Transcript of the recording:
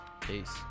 Peace